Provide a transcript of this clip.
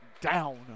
down